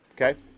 okay